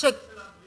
תג מחיר של הבריאות?